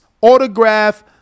autograph